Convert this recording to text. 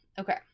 okay